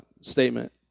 statement